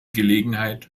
gelegenheit